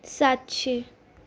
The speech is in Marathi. सातशे